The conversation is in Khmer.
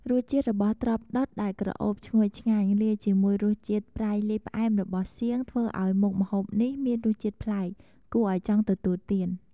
រសជាតិរបស់ត្រប់ដុតដែលក្រអូបឈ្ងុយឆ្ងាញ់ លាយជាមួយរសជាតិប្រៃលាយផ្អែមរបស់សៀង ធ្វើឱ្យមុខម្ហូបនេះមានរសជាតិប្លែក គួរឱ្យចង់ទទួលទាន។